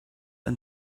and